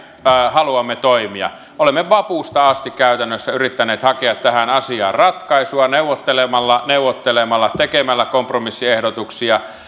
haluamme toimia olemme vapusta asti käytännössä yrittäneet hakea tähän asiaan ratkaisua neuvottelemalla ja neuvottelemalla tekemällä kompromissiehdotuksia